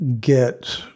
get